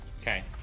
Okay